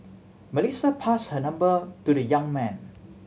Melissa pass her number to the young man